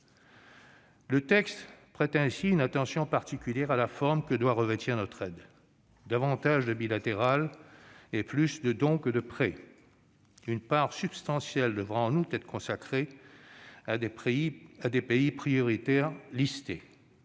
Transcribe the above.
Le texte réserve une place particulière à la forme que doit revêtir notre aide : davantage d'aide bilatérale et plus de dons que de prêts. Une part substantielle devra en outre être consacrée à des pays prioritaires dûment